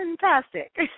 fantastic